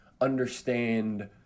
understand